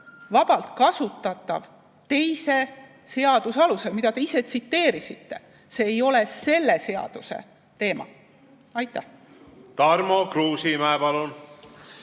vabalt kasutatav teise seaduse alusel, mida te ise tsiteerisite. See ei ole selle seaduse teema. Tarmo Kruusimäe,